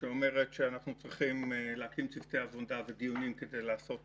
שאומרת שאנחנו צריכים להקים צוותי עבודה ודיונים כדי לעשות